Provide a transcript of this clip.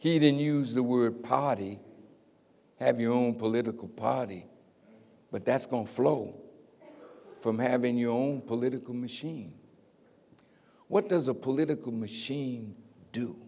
then use the word party have your own political party but that's gone flown from having your own political machine what does a political machine do